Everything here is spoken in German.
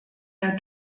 der